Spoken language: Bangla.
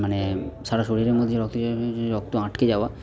মানে সারা শরীরের মধ্যে যে রক্ত চলাচল যে রক্ত আটকে যাওয়া